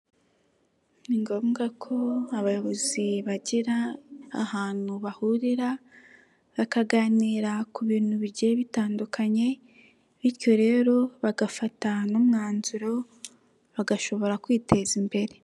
Ni ngombwa ko abayobozi bagira ahantu bahurira bakaganira ku bintu bigiye bitandukanye bityo rero bagafata n'umwanzuro bagashobora kwiteza imbere.